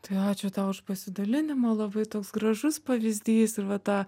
tai ačiū tau už pasidalinimą labai toks gražus pavyzdys ir va tą